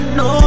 no